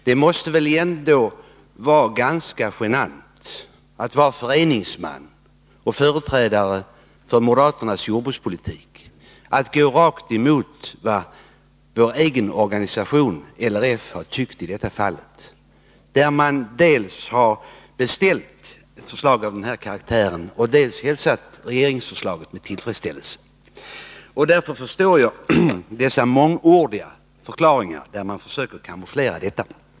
Det måste väl ändå vara ganska genant för en föreningsman och företrädare för moderaternas jordbrukspolitik att gå rakt emot vad vår egen organisation, RLF, har tyckt i detta fall. Den har ju dels beställt ett förslag av denna karaktär, dels hälsat regeringens förslag med tillfredsställelse. Därför förstår jag de mångordiga förklaringar med vilka moderaterna försöker kamouflera detta.